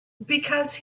because